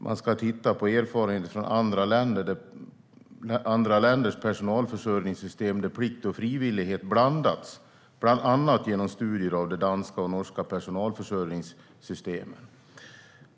Man ska titta på "erfarenheter från andra länders personalförsörjningssystem där plikt och frivillighet blandats, bland annat genom studier av de danska och norska personalförsörjningssystemen".